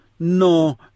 no